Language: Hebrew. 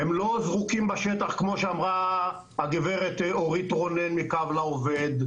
הם לא זרוקים בשטח כמו שאמרה הגב' אורית רונן מ"קו לעובד",